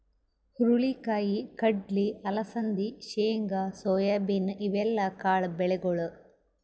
ಹುರಳಿ ಕಾಯಿ, ಕಡ್ಲಿ, ಅಲಸಂದಿ, ಶೇಂಗಾ, ಸೋಯಾಬೀನ್ ಇವೆಲ್ಲ ಕಾಳ್ ಬೆಳಿಗೊಳ್